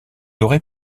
aurait